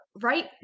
Right